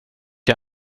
jag